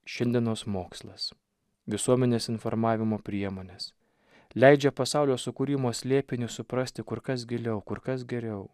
šiandienos mokslas visuomenės informavimo priemonės leidžia pasaulio sukūrimo slėpinį suprasti kur kas giliau kur kas geriau